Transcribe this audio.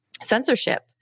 censorship